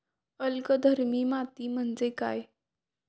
अल्कधर्मी माती म्हणजे काय?